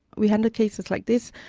we handle cases like this,